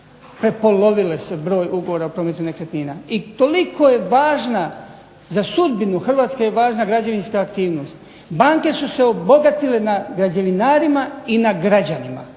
Prepolovio se broj ugovora u prometu nekretnina. I toliko je važna za sudbinu Hrvatske je važna građevinska aktivnost. Banke su se obogatile na građevinarima i na građanima,